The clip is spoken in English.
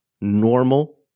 normal